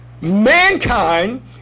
mankind